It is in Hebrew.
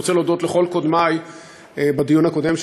אני רוצה להודות לכל קודמי בדיון הקודם,